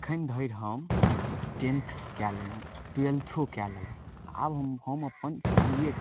एखन धरि हम टेन्थ कए लेलहुँ ट्वेल्थो कए लेलहुँ आब हम अपन सी ए